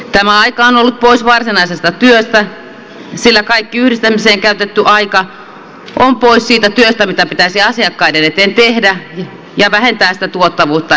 tämä aika on ollut pois varsinaisesta työstä sillä kaikki yhdistämiseen käytetty aika on pois siitä työstä mitä pitäisi asiakkaiden eteen tehdä ja vähentää sitä tuottavuutta edelleen